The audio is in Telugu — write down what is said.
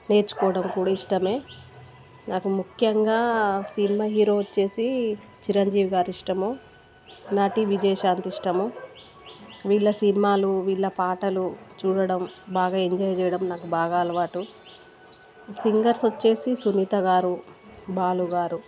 నేర్చుకోవడం కూడా ఇష్టమే నాకు ముఖ్యంగా సినిమా హీరో వచ్చి చిరంజీవి గారు ఇష్టము నటి విజయశాంతి ఇష్టము వీళ్ళ సినిమాలు వీళ్ళ పాటలు చూడడం బాగా ఎంజాయ్ చేయడం నాకు బాగా అలవాటు సింగర్స్ వచ్చి సునీత గారు బాలు గారు